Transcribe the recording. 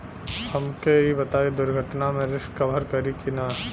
हमके ई बताईं दुर्घटना में रिस्क कभर करी कि ना?